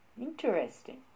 Interesting